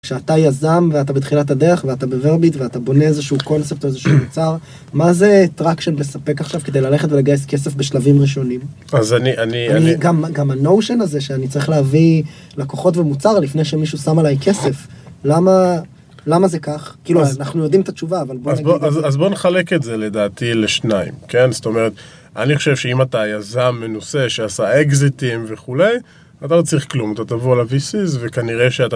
כשאתה יזם ואתה בתחילת הדרך, ואתה בורביט ואתה בונה איזה שהוא קונספט או איזה שהוא מוצר, מה זה טראקשן מספק עכשיו כדי ללכת ולגייס כסף בשלבים ראשונים? אז אני, אני, אני... אני גם, גם הנואושן הזה שאני צריך להביא לקוחות ומוצר לפני שמישהו שם עליי כסף. למה, למה זה כך? כאילו אז, אנחנו יודעים את התשובה אבל... אז בוא נחלק את זה לדעתי לשניים, כן? זאת אומרת אני חושב שאם אתה יזם מנוסה שעשה אקזיטים וכולי, אתה לא צריך כלום. אתה תבוא ל-vc's וכנראה שאתה.